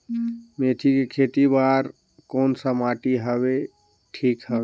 मेथी के खेती बार कोन सा माटी हवे ठीक हवे?